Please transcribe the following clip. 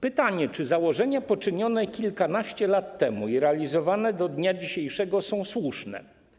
Pytanie, czy założenia poczynione kilkanaście lat temu i realizowane do dnia dzisiejszego są słuszne.